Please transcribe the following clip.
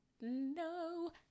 no